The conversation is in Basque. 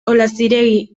olaziregi